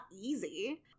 easy